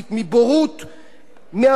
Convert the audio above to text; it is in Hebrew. מהמורים ומההנהלה.